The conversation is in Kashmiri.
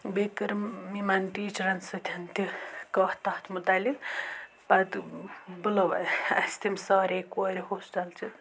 بیٚیہِ کٔرٮٕم یِمَن ٹیٖچرَن سۭتۍ تہِ کَتھ تَتھ مُتعَلِق پَتہٕ بُلٲو اَسہِ تِم سارے کورِ ہوسٹَل چہِ